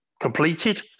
completed